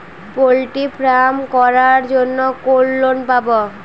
Poultry farm করার জন্য কোন লোন পাব?